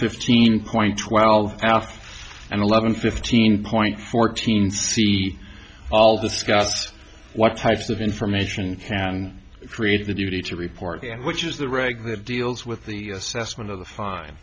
fifteen point twelve half and eleven fifteen point fourteen see all the scouts what types of information and create a duty to report the end which is the reg that deals with the assessment of the fine